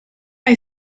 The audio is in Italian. hai